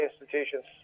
institutions